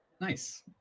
Nice